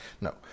No